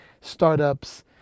startups